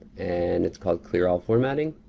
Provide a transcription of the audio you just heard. and it's called clear all formatting.